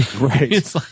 Right